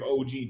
OG